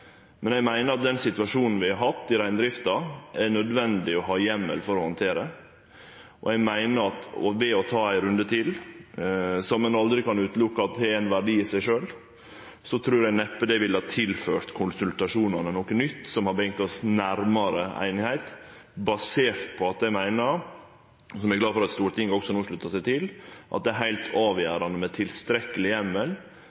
Men eg meiner at den situasjonen vi har hatt i reindrifta, er det nødvendig å ha heimel for å handtere. Eg meiner at å ta ein runde til, som ein aldri kan utelukke har ein verdi i seg sjølv, neppe ville ha tilført konsultasjonane noko nytt som hadde brakt oss nærare einigheit, basert på at eg meiner, som eg er glad for at Stortinget også no sluttar seg til, at det er heilt